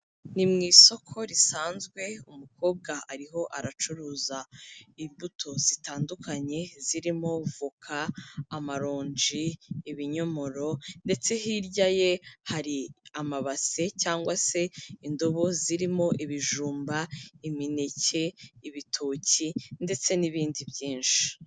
Ni mu isoko risanzwe umukobwa ariho aracuruza imbuto zitandukanye, zirimo voka, amaronji, ibinyomoro ndetse hirya ye hari amabase cyangwa se indobo zirimo ibijumba, imineke, ibitoki ndetse n'ibindi byinshi.